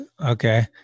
Okay